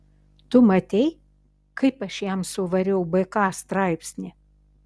tu matei kaip aš jam suvariau bk straipsnį